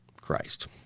Christ